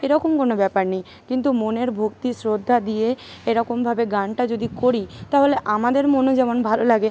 এরকম কোনো ব্যাপার নেই কিন্তু মনের ভক্তি শ্রদ্ধা দিয়ে এরকমভাবে গানটা যদি করি তাহলে আমাদের মনে যেমন ভালো লাগে